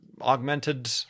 augmented